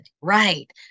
right